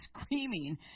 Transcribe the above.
screaming